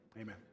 Amen